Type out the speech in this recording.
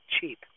cheap